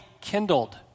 kindled